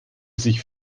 sich